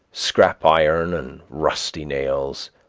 scrap iron, and rusty nails.